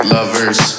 Lovers